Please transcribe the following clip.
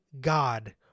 God